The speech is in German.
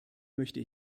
möchte